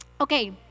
okay